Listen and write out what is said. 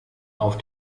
auf